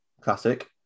Classic